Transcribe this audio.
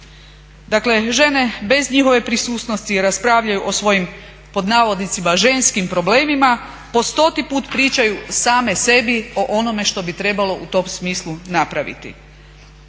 Dakle bez njihove prisutnosti raspravljaju o svojim ″ženskim″ problemima, po stoti put pričaju same sebi o onome što bi trebalo u tom smislu napraviti.